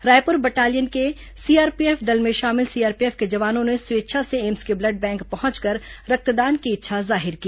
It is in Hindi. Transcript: रायप्र बटालियन के सीआरपीएफ दल में शामिल सीआरपीएफ के जवानों ने स्वेच्छा से एम्स के ब्लड बैंक पहुंचकर रक्तदान की इच्छा जाहिर की